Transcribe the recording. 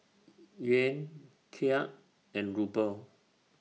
Yuan Kyat and Ruble